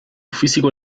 físico